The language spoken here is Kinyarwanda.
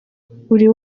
buri